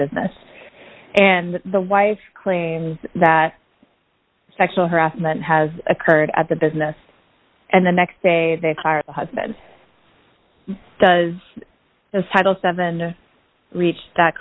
business and the wife claims that sexual harassment has occurred at the business and the next day they hire the husband does the title seven reach that